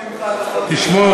תשמור,